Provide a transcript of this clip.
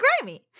grimy